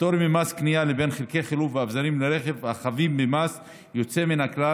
הפטור ממס קנייה לחלקי חילוף ואביזרים לרכב החבים במס יוצא מן הכלל.